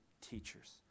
teachers